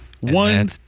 One